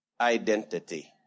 identity